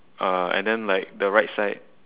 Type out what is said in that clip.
uh and then like the right side